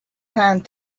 hand